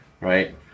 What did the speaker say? right